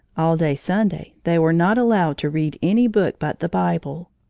all day sunday they were not allowed to read any book but the bible.